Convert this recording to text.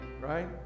right